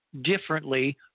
differently